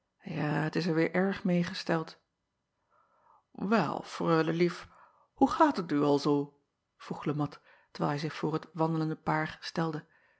ja het is er weêr erg meê gesteld el reule lief hoe gaat het u al zoo vroeg e at terwijl hij zich voor het wandelende paar stelde